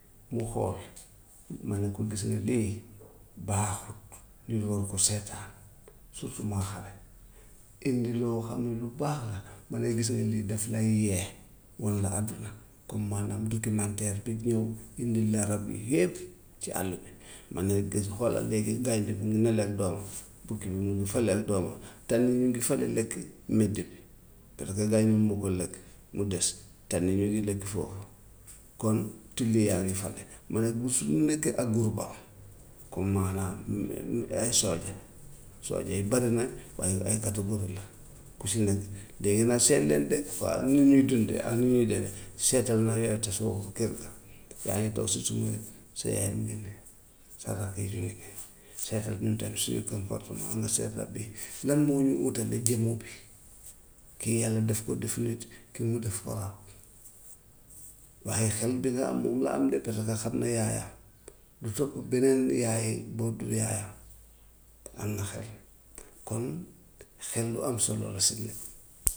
Mu xool, ma ne ko gis nga lii baaxut nit waru ko seetaan surtoutment xale, indil loo xam ne lu baax la dangay gis ne lii daf lay yee, wan la àdduna comme maanaam documentaire bi boo indil la rab yi yëpp ci àll bi. Mën nañ gis xoolal léegi gaynde bi mu ngi le ak doomam, bukki bi mu ngi fële ak doomam, tan yi ñu ngi fële lekk médd bi, parce que gaynde munu ko lekk lu des tan yi ñu ngi lekk foofu. Kon till yaa ngi fale, mais nag bi su ñu nekkee ak groupe(am) comme maanaam ñu ñu ay soldier, soldier yi bari nañ waaye ay catégories la, ku si nekk dégg naa seet leen de dafa am nu ñuy dundee ak nu ñuy demee, seetal ndax yowit soo kër ga, yaa ngi toog si suñu wet, sa yaay mu ngi fi, sa rakk yi ñu ngi fi. Sa rab ñun tam suñu comportement am na si rab yi lan moo ñu utale jëmm bi. Kii yàlla daf ko def nit kii mu def ko rab, waaye xel bi nga am moom la am de parce que xam na yaaya, du topp beneen yaay bu dul yaayam am na xel, kon xel lu am solo la si nit.